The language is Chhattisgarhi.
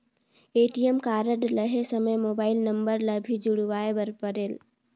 ए.टी.एम कारड लहे समय मोबाइल नंबर ला भी जुड़वाए बर परेल?